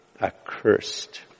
accursed